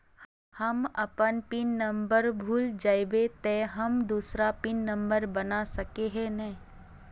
हम अपन pin number भूल जयबे ते हम दूसरा पिन नंबर बना सके है नय?